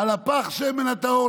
על פך השמן הטהור,